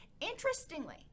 interestingly